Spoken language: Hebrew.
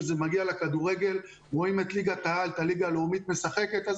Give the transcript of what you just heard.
שכשזה מגיע לכדורגל רואים את ליגת העל משחקת אז